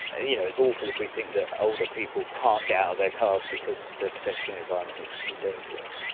you know, it's awful if we think that older people can't get out of their cars because the pedestrian environment is too dangerous.